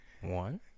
One